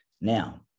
Now